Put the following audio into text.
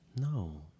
No